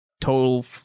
total